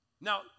Now